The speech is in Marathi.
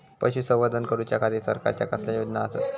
पशुसंवर्धन करूच्या खाती सरकारच्या कसल्या योजना आसत?